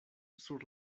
sur